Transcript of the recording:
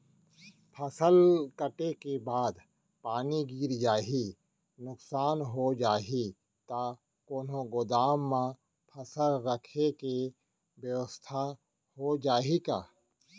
फसल कटे के बाद पानी गिर जाही, नुकसान हो जाही त कोनो गोदाम म फसल रखे के बेवस्था हो जाही का?